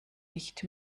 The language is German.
nicht